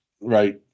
right